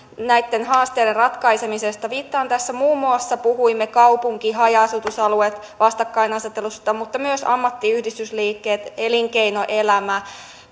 näitten haasteiden ratkaisemisesta viittaan tässä siihen että muun muassa puhuimme kaupunki haja asutusalueiden vastakkainasettelusta mutta myös ammattiyhdistysliikkeet elinkeinoelämä